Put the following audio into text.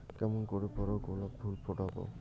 কেমন করে বড় গোলাপ ফুল ফোটাব?